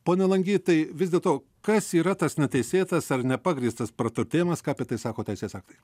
pone langy tai vis dėl to kas yra tas neteisėtas ar nepagrįstas praturtėjimas ką apie tai sako teisės aktai